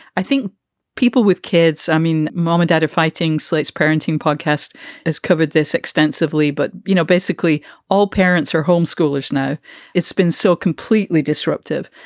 i think people with kids i mean, moment out of fighting slate's parenting podcast has covered this extensively. but, you know, basically all parents are home schoolers know it's been so completely disruptive.